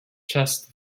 chest